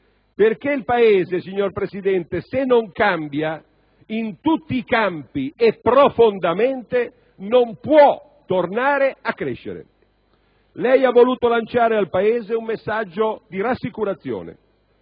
Perché il Paese, signor Presidente, se non cambia, in tutti i campi e profondamente, non può tornare a crescere. Lei ha voluto lanciare al Paese un messaggio di rassicurazione.